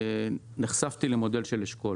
נחשפתי למודל של אשכול.